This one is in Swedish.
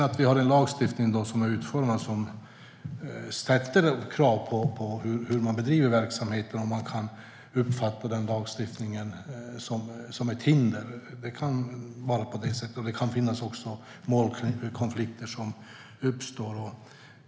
Att vi har en lagstiftning som är utformad med stärkta krav på hur man bedriver verksamheten och man kan uppfatta lagstiftningen som ett hinder kan stämma. Det kan också uppstå målkonflikter.